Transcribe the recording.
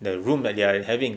the room that they are having